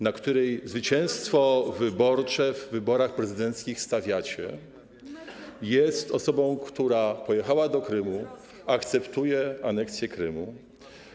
na której zwycięstwo wyborcze w wyborach prezydenckich stawiacie, jest osobą, która pojechała do Krymu, akceptuje aneksję Krymu.